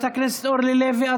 אני רוצה להגיב.